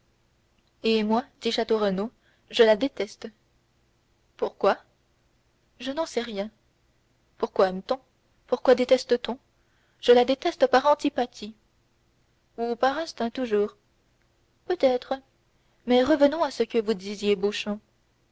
et moi dit château renaud je la déteste pourquoi je n'en sais rien pourquoi aime-t-on pourquoi déteste t on je la déteste par antipathie ou par instinct toujours peut-être mais revenons à ce que vous disiez